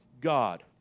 God